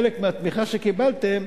חלק מהתמיכה שקיבלתם,